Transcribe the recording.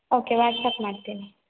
okay WhatsApp ಮಾಡ್ತೇನೆ